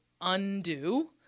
undo